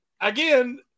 again